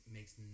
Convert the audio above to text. makes